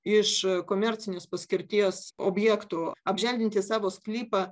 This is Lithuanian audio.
iš komercinės paskirties objektų apželdinti savo sklypą